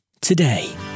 today